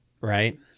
right